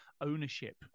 ownership